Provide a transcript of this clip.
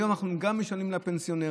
היום אנחנו גם משלמים לפנסיונרים,